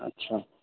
अच्छा